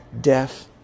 Deaf